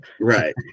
Right